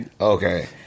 Okay